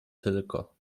tylko